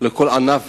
לכל ענף וענף,